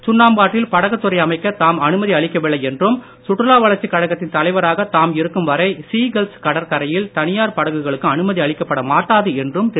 சுண்ணாம்பாற்றில் படகுத் துறை அமைக்க தாம் அனுமதி அளிக்கவில்லை என்றும் சுற்றுலா வளர்ச்சி கழகத்தின் தலைவராக தாம் இருக்கும் வரை சீகல்ஸ் கடற்கரையில் தனியார் படகுகளுக்கு அனுமதி அளிக்கப்பட மாட்டாது என்றும் திரு